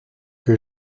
que